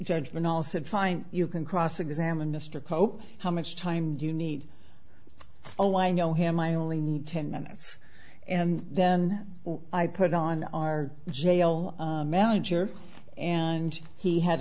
judgment all said fine you can cross examine mr cope how much time do you need oh i know him i only need ten minutes and then i put on our jail manager and he had